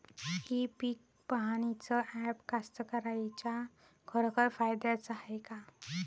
इ पीक पहानीचं ॲप कास्तकाराइच्या खरोखर फायद्याचं हाये का?